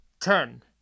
Ten